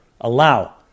allow